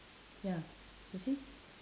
ya you see